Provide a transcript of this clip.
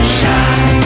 shine